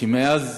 שמאז